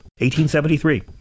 1873